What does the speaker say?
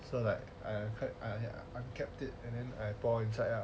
so like I'm quite I kept it and I pour inside ah